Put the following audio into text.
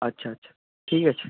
আচ্ছা আচ্ছা ঠিক আছে